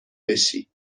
بشی